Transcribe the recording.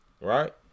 Right